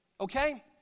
Okay